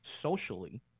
socially